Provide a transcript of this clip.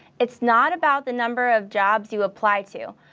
it's not about the number of jobs you apply to,